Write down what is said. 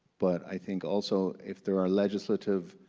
but i think also if there are legislative